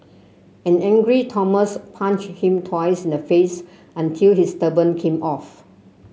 an angry Thomas punched him twice in the face until his turban came off